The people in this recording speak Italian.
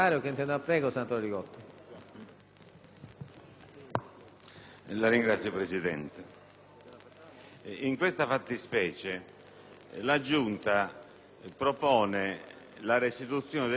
Signor Presidente, in questa fattispecie la Giunta propone la restituzione degli atti al giudice richiedente,